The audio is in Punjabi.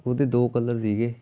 ਉਹਦੇ ਦੋ ਕਲਰ ਸੀਗੇ